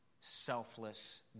Selfless